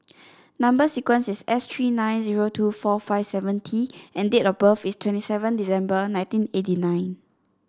number sequence is S three nine zero two four five seven T and date of birth is twenty seven December nineteen eighty nine